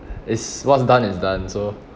it's what's done is done so